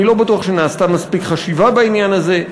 אני לא בטוח שנעשתה מספיק חשיבה בעניין הזה,